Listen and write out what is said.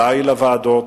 די לוועדות,